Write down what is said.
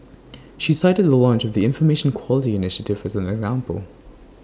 she cited the launch of the Information Quality initiative as an example